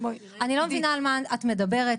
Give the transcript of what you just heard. אני לא מבינה על מה את מדברת,